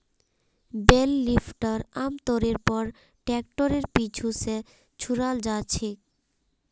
बेल lifter आमतौरेर पर ट्रैक्टरेर पीछू स जुराल ह छेक